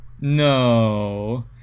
No